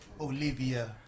Olivia